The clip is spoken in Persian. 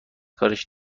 کارش